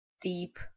deep